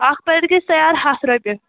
اکھ پیٚلیٹ گژھِ تیار ہَتھ رۅپیہِ